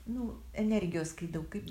nu energijos kai daug kaip